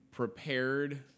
Prepared